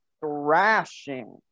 thrashing